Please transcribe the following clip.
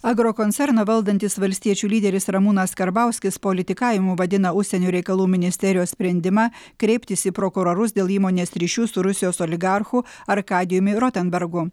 agrokoncerną valdantis valstiečių lyderis ramūnas karbauskis politikavimu vadina užsienio reikalų ministerijos sprendimą kreiptis į prokurorus dėl įmonės ryšių su rusijos oligarchu arkadijumi rotenbergu